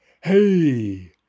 Hey